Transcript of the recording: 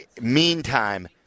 meantime